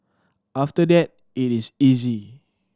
after that it is easy